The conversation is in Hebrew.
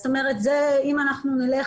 זאת אומרת, אם אנחנו נלך